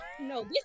No